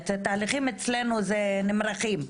את התהליכים אצלנו זה נמרחים,